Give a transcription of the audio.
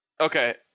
Okay